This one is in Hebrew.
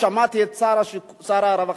שמעתי את שר הרווחה,